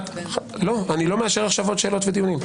אני לא מאשר עכשיו עוד שאלות ודיונים.